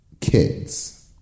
kids